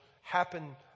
happen